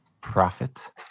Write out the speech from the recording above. profit